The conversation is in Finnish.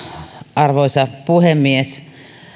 arvoisa puhemies